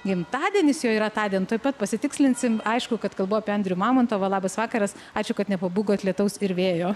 gimtadienis jo yra tądien tuoj pat pasitikslinsim aišku kad kalbu apie andrių mamontovą labas vakaras ačiū kad nepabūgot lietaus ir vėjo